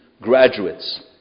graduates